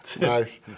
Nice